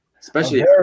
especially-